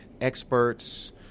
experts